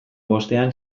bostean